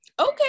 Okay